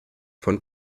von